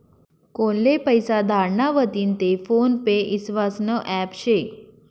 कोनले पैसा धाडना व्हतीन ते फोन पे ईस्वासनं ॲप शे का?